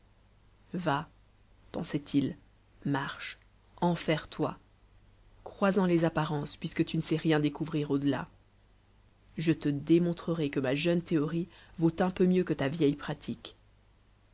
va pensait-il marche enferre toi crois-en les apparences puisque tu ne sais rien découvrir au-delà je te démontrerai que ma jeune théorie vaut un peu mieux que ta vieille pratique